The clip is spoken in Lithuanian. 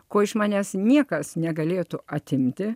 ko iš manęs niekas negalėtų atimti